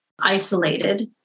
isolated